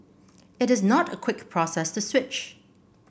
it is not a quick process to switch